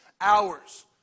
hours